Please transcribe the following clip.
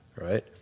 right